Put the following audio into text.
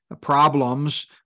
problems